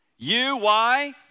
U-Y